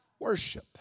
worship